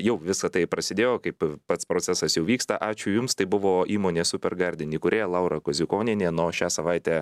jau visa tai prasidėjo kaip pats procesas jau vyksta ačiū jums tai buvo įmonės super garden įkūrėja laura koziukonienė na o šią savaitę